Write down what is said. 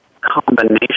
combination